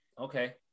okay